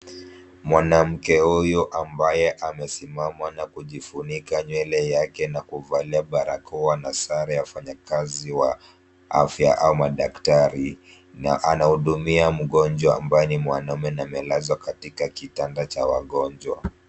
Mwanamke huyu ambaye amesimama na kujifunika nywele yake na kuvalia barakoa na sare ya wafanyikazi wa afya ama daktari, na anahudumia mgonjwa ambaye ni mwanamume na amelazwa katika kitanda cha wagonjwa.